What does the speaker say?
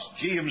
James